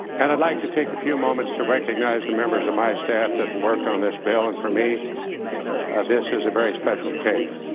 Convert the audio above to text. and i'd like to take a few moments to recognize the moments of my staff that worked on this bill and for me this is a very special occasion.